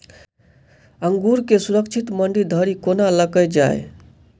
अंगूर केँ सुरक्षित मंडी धरि कोना लकऽ जाय?